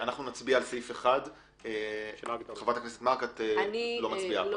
נצביע על סעיף 1. חברת הכנסת מארי, את לא מצביעה.